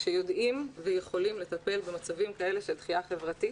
שיודעים ויכולים לטפל במצבים כאלה של דחייה חברתית